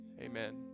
amen